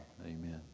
amen